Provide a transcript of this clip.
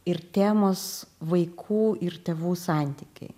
ir temos vaikų ir tėvų santykiai